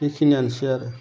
बे खिनियानोसै आरो